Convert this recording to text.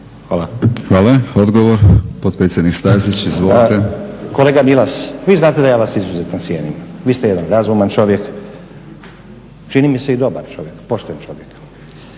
Stazić. Izvolite. **Stazić, Nenad (SDP)** Kolega Milas, vi znate da ja vas izuzetno cijenim. Vi ste jedan razuman čovjek, čini mi se i dobar čovjek, pošten čovjek.